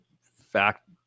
fact